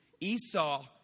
Esau